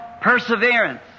perseverance